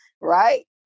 Right